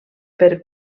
per